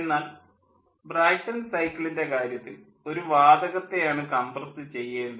എന്നാൽ ബ്രായ്ട്ടൺ സൈക്കിളിൻ്റെ കാര്യത്തിൽ ഒരു വാതകത്തെ ആണ് കംപ്രസ് ചെയേണ്ടത്